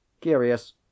Curious